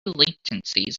latencies